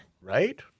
Right